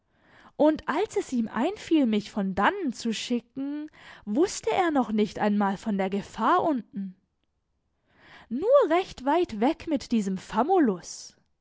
und als es ihm einfiel mich von dannen zu schicken wußte er noch nicht einmal von der gefahr unten nur recht weit weg mit diesem